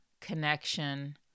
connection